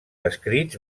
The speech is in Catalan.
escrits